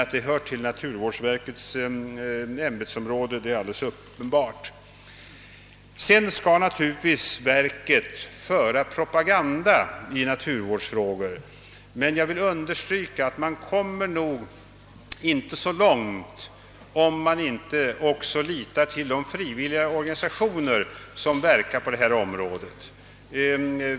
Att frågan hör till naturvårdsverkets arbetsområde är emellertid uppenbart. Vidare skall verket naturligtvis föra propaganda i naturvårdsfrågor. Men jag vill understryka, att man kommer nog inte så långt om man inte även litar till de frivilliga organisationer som verkar på området.